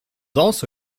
also